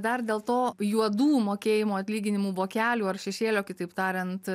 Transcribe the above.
dar dėl to juodų mokėjimo atlyginimų vokelių ar šešėlio kitaip tariant